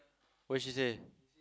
what she say